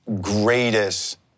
greatest